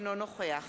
אינו נוכח